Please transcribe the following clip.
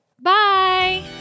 Bye